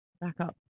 backup